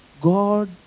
God